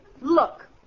Look